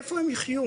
איפה הם יחיו?